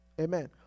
Amen